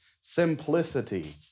simplicity